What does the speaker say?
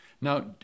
Now